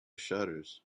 shutters